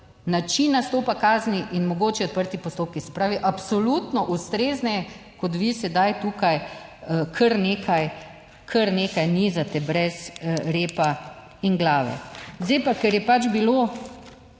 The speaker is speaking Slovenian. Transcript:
način nastopa kazni in mogoče odprti postopki. Se pravi, absolutno ustrezneje, kot vi sedaj tukaj, kar nekaj, kar nekaj nizate brez repa in glave. Zdaj pa, ker je pač bilo